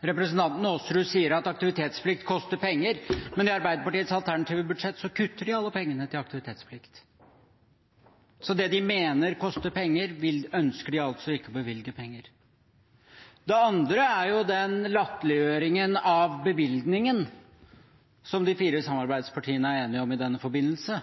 representanten Aasrud sier at aktivitetsplikt koster penger, men i Arbeiderpartiets alternative budsjett kutter de alle pengene til aktivitetsplikt. Så det de mener koster penger, ønsker de altså ikke å bevilge penger til. Det andre er den latterliggjøringen av bevilgningen som de fire samarbeidspartiene er enige om i denne forbindelse.